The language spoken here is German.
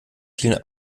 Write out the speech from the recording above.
vielen